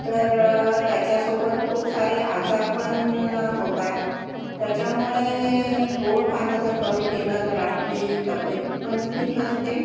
तर त्याच्यासोबत खूप सारे आजार पण होतात त्याच्यामुळे गोड खाणं जर कमी केलं तर आपली तब्येत पण ठीक असते